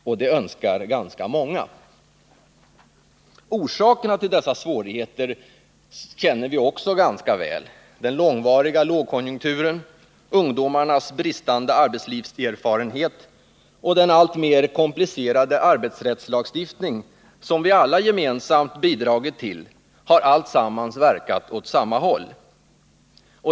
Och det önskar ganska många! Orsakerna till dessa svårigheter känner vi också ganska väl: den långvariga lågkonjunkturen, ungdomarnas bristande arbetslivserfarenhet och den alltmer komplicerade arbetsrättslagstiftning som vi alla gemensamt bidragit till har tillsammans verkat åt samma håll.